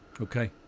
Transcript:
Okay